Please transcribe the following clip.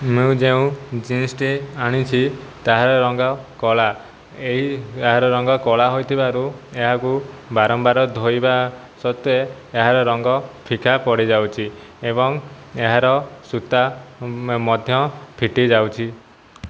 ମୁଁ ଯେଉଁ ଜିନିଷ୍ଟି ଆଣିଚି ତାହାର ରଙ୍ଗ କଳା ଏହି ଏହାର ରଙ୍ଗ କଳା ହୋଇଥିବାରୁ ଏହାକୁ ବାରମ୍ବାର ଧୋଇବା ସତ୍ତ୍ଵେ ଏହାର ରଙ୍ଗ ଫିକା ପଡ଼ିଯାଉଛି ଏବଂ ଏହାର ସୁତା ମଧ୍ୟ ଫିଟି ଯାଉଛି